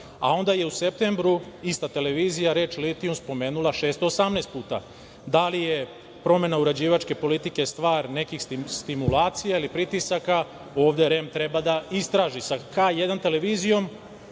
a onda je u septembru ista televizija reč litiju spomenula 618 puta. Da li je promena uređivačke politike stvar nekih stimulacija ili pritisaka, ovde REM treba da istraži. Sa „K1“ povezana